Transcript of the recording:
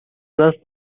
دست